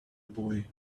boy